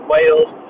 Wales